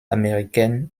américaine